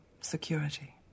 security